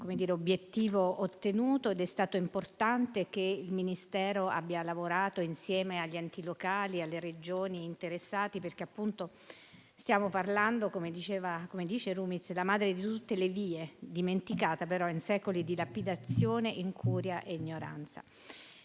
grande obiettivo ottenuto ed è stato importante che il Ministero abbia lavorato insieme agli enti locali e alle Regioni interessati, perché stiamo parlando - come dice Paolo Rumiz - della madre di tutte le vie, dimenticata però in secoli di incuria e ignoranza.